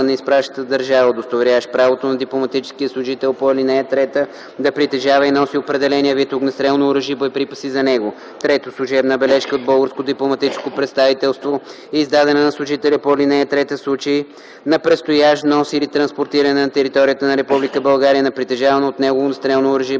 на изпращащата държава, удостоверяващ правото на дипломатическия служител по ал. 3 да притежава и носи определения вид огнестрелно оръжие и боеприпаси за него; 3. служебна бележка от българско дипломатическо представителство, издадена на служителя по ал. 3, в случай на предстоящ внос или транспортиране на територията на Република България на притежавано от него огнестрелно оръжие